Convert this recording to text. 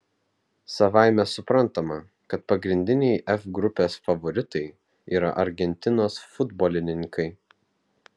savaime suprantama kad pagrindiniai f grupės favoritai yra argentinos futbolininkai